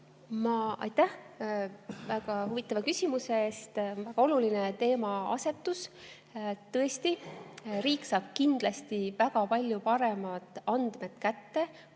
Aitäh väga huvitava küsimuse eest! Väga oluline teemaasetus. Tõesti, riik saab kindlasti väga palju paremini kätte